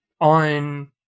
on